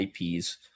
IPs